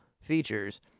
features